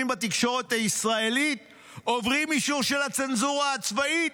בתקשורת הישראלית עוברים אישור של הצנזורה הצבאית.